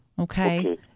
Okay